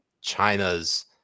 China's